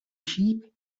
sheep